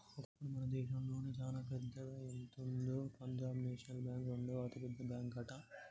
ఒకప్పుడు మన దేశంలోనే చానా పెద్దదా ఎంతుందో పంజాబ్ నేషనల్ బ్యాంక్ రెండవ అతిపెద్ద బ్యాంకట